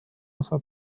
osa